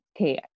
okay